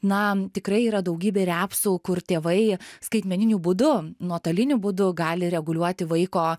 na tikrai yra daugybė ir epsų kur tėvai skaitmeniniu būdu nuotoliniu būdu gali reguliuoti vaiko